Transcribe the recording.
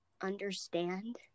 understand